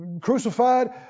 crucified